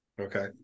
okay